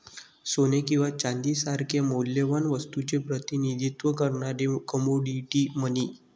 सोने किंवा चांदी सारख्या मौल्यवान वस्तूचे प्रतिनिधित्व करणारे कमोडिटी मनी